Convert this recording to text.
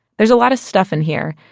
there's a lot of stuff in here.